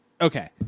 okay